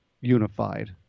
unified